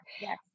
Yes